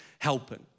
helping